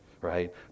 Right